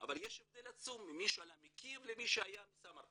אבל יש הבדל עצום בין מי שעלה מקייב למי שעלה מסמרקנד.